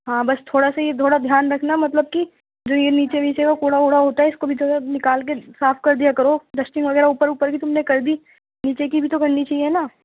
ہاں بس تھوڑا سا یہ تھوڑا دھیان رکھنا مطلب کہ جو یہ نیچے ویچے کا کوڑا ووڑا ہوتا ہے اس کو بھی ذرا نکال کے صاف کر دیا کرو ڈسٹنگ وغیرہ اوپر اوپر کی تم نے کردی نیچے کی بھی تو کرنی چاہیے نہ